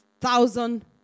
thousand